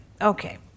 Okay